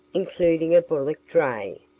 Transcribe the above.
including a bullock dray,